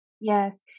Yes